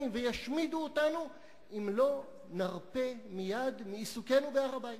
וישמידו אותנו אם לא נרפה מייד מעיסוקנו בהר-הבית.